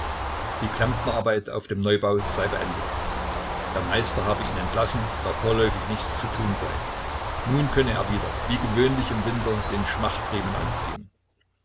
die klempnerarbeit auf dem neubau sei beendet der meister habe ihn entlassen da vorläufig nichts zu tun sei nun könne er wieder wie gewöhnlich im winter den schmachtriemen anziehen